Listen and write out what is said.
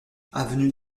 avenue